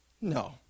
No